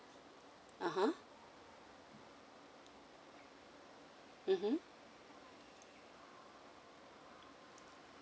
(uh huh) mmhmm